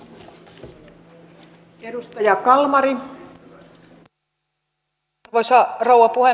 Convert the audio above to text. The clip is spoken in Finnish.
arvoisa rouva puhemies